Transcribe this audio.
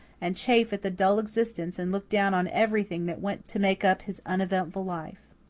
and chafe at the dull existence, and look down on everything that went to make up his uneventful life.